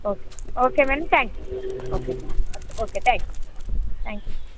okay okay madam thank you okay madam okay thank you thank you madam thank you